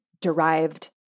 Derived